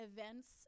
Events